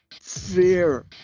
fear